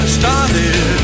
started